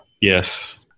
Yes